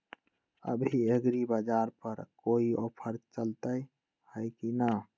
अभी एग्रीबाजार पर कोई ऑफर चलतई हई की न?